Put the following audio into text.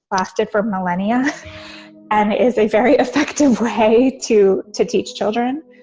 lasted for millennia and is a very effective way to to teach children.